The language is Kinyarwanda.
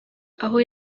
aho